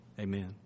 Amen